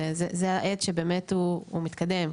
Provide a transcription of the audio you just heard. וזה העת שבאמת הוא מתקדם.